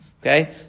Okay